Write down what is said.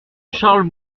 charles